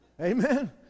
Amen